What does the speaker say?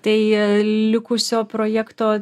tai likusio projekto